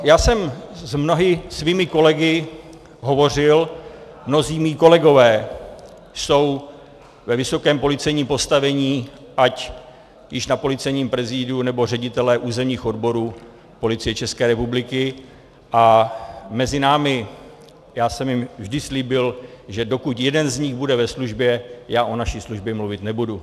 Já jsem s mnoha svými kolegy hovořil, mnozí mí kolegové jsou ve vysokém policejním postavení, ať již na Policejním prezídiu, nebo jsou řediteli územních odborů Policie České republiky, a mezi námi, já jsem jim vždy slíbil, že dokud jeden z nich bude ve službě, já o naší službě mluvit nebudu.